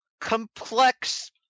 complex